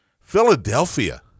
Philadelphia